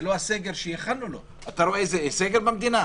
זה לא הסגר שייחלנו לא אתה רואה סגר במדינה?